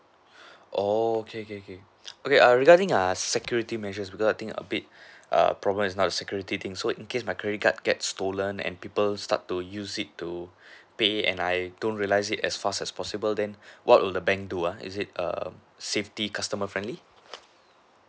oh okay okay okay okay err regarding err security measures because I think a bit err problem is not the security thing so in case my credit card gets stolen and people start to use it to pay and I don't realize it as fast as possible then what would the bank do uh is it err safety customer friendly